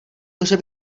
může